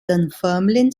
dunfermline